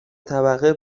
طبقه